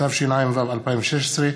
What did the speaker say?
התשע"ו 2016,